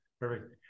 perfect